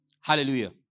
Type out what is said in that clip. Hallelujah